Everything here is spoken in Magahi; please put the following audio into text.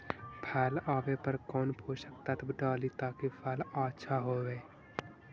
फल आबे पर कौन पोषक तत्ब डाली ताकि फल आछा होबे?